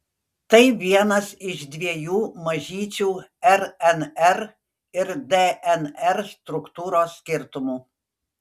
tai vienas iš dviejų mažyčių rnr ir dnr struktūros skirtumų